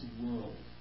world